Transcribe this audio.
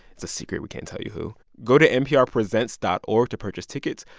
it's a secret. we can't tell you who. go to nprpresents dot org to purchase tickets.